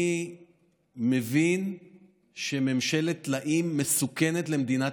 אני מבין שממשלת טלאים מסוכנת למדינת